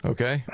Okay